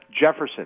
Jefferson